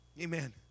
Amen